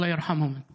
(אומר בערבית: שאללה ירחם על שניהם.)